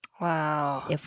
Wow